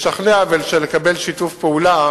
לשכנע ולקבל שיתוף פעולה